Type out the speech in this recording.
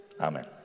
amen